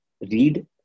read